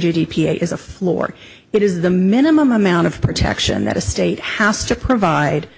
d p a is a floor it is the minimum amount of protection that a state house to provide